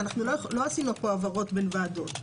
לא עשינו העברות בין ועדות.